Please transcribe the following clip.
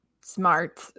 smart